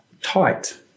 tight